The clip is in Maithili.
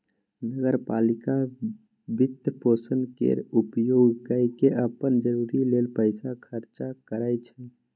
नगर पालिका वित्तपोषण केर उपयोग कय केँ अप्पन जरूरी लेल पैसा खर्चा करै छै